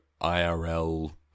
IRL